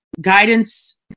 guidance